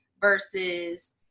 versus